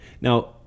Now